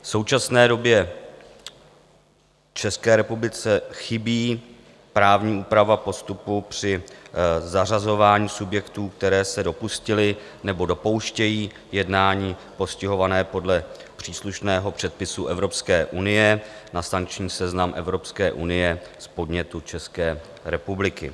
V současné době České republice chybí právní úprava postupu při zařazování subjektů, které se dopustily nebo dopouštějí jednání postihovaného podle příslušného předpisu Evropské unie, na sankční seznam Evropské unie z podnětu České republiky.